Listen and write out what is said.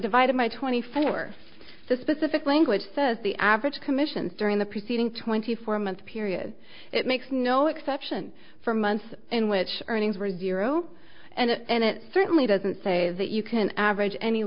divided by twenty four to specific language says the average commissions during the preceding twenty four month period it makes no exception for months in which earnings were zero and it certainly doesn't say that you can average any